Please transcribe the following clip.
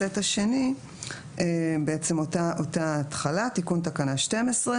הסט השני בעצם אותה התחלה - בתוקף סמכותה לפי סעיפים 4,